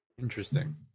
Interesting